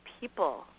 people